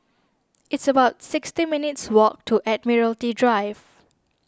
it's about sixty minutes' walk to Admiralty D drive